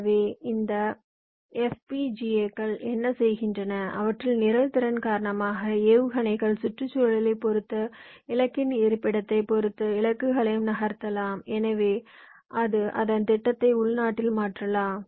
எனவே அந்த FPGA கள் என்ன செய்கின்றன அவற்றின் நிரல் திறன் காரணமாக ஏவுகணைகள் சுற்றுச்சூழலைப் பொறுத்து இலக்கின் இருப்பிடத்தைப் பொறுத்து இலக்குகளையும் நகர்த்தலாம் எனவே அது அதன் திட்டத்தை உள்நாட்டில் மாற்றலாம்